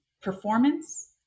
performance